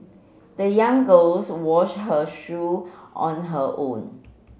the young girls wash her shoe on her own